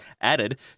added